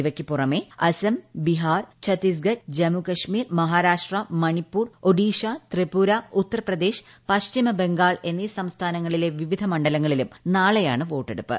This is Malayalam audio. ഇപ്പിയ്ക്ക് പുറമെ അസ്സം ബീഹാർ ഛത്തീസ്ഗഡ് ജമ്മു കശ്മൂർ മഹാരാഷ്ട്ര മണിപ്പൂർ ഒഡീഷ ത്രിപുര ഉത്തർപ്രദേശ് പശ്ചിമിബ്ഗാൾ എന്നീ സംസ്ഥാനങ്ങളിലെ വിവിധ മണ്ഡലങ്ങളിലും നാളെയ്യാണ് പോട്ടെടുപ്പ്